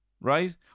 right